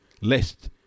Lest